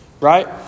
Right